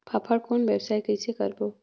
फाफण कौन व्यवसाय कइसे करबो?